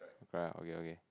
correct ah okay okay